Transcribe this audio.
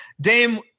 dame